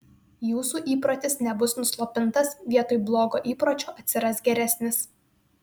jūsų įprotis nebus nuslopintas vietoj blogo įpročio atsiras geresnis